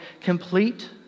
complete